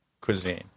cuisine